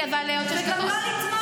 עברו 30 שניות.